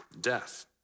death